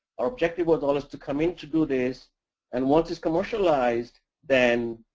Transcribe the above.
our objective was always to come in to do this and once it's commercialized, then,